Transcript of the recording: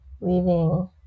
leaving